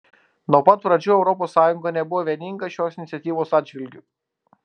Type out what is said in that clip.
nuo pat pradžių europos sąjunga nebuvo vieninga šios iniciatyvos atžvilgiu